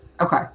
Okay